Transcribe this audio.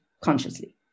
consciously